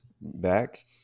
back